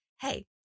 Hey